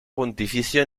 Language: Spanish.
pontificio